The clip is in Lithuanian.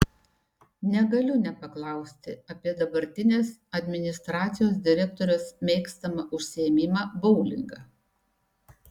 negaliu nepaklausti apie dabartinės administracijos direktorės mėgstamą užsiėmimą boulingą